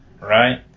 Right